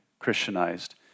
Christianized